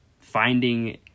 finding